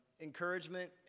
encouragement